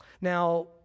Now